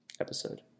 episode